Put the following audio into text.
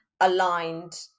aligned